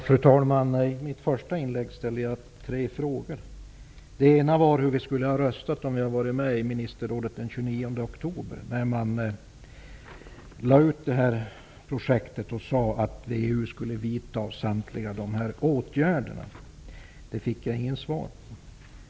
Fru talman! I mitt första inlägg ställde jag tre frågor. En fråga var hur vi skulle ha röstat om vi hade varit med i Ministerrådet den 29 oktober då man lade ut detta projekt och sade att EU skulle vidta samtliga åtgärder. Den frågan fick jag inget svar på.